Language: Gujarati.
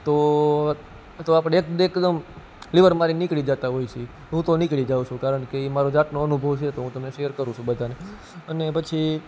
તો તો આપણે એકદમ લીવર મારીને નિકળી જ જતાં હોય છે હું તો નીકળી જાવ છું કારણ કે એ મારો જાતનો અનુભવ છે તો હું તમને શેર કરું છું બધાને અને પછી